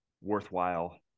worthwhile